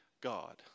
God